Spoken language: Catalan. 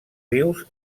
rius